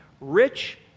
rich